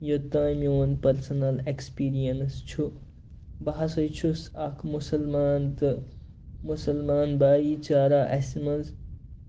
یوتام میون personal experience چھُ بہٕ ہسا چھُس اکھ مُسلمان تہٕ مُسلمان بایہِ چارا اَسہِ منٛز